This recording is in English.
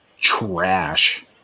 trash